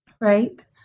Right